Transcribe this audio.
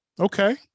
Okay